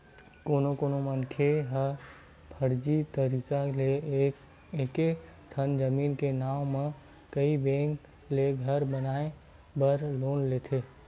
कोनो कोनो मनखे ह फरजी तरीका ले एके ठन जमीन के नांव म कइ बेंक ले घर बनाए बर लोन लेथे